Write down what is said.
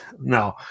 No